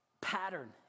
pattern